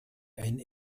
eine